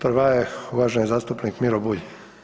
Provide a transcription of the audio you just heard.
Prva je uvaženi zastupnik Miro Bulj.